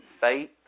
faith